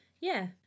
Yeah